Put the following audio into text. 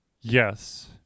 Yes